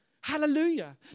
Hallelujah